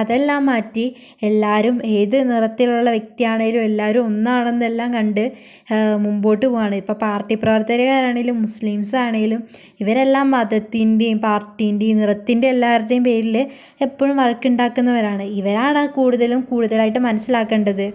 അതെല്ലാം മാറ്റി എല്ലാവരും ഏത് നിറത്തിലുള്ള വ്യക്തിയാണെങ്കിലും എല്ലാവരും ഒന്നാണെന്നെല്ലാം കണ്ട് മുമ്പോട്ട് പോവുകയാണ് ഇപ്പോൾ പാർട്ടി പ്രവർത്തകരാണെങ്കിലും മുസ്ലിംസ് ആണെങ്കിലും ഇവരെല്ലാം മതത്തിൻ്റേയും പാർട്ടീൻ്റേയും നിറത്തിൻ്റേയും എല്ലാവരുടേയും പേരിൽ എപ്പോഴും വഴക്കുണ്ടാക്കുന്നവരാണ് ഇവരാണ് കൂടുതലും കൂടുതലായിട്ട് മനസ്സിലാക്കണ്ടത്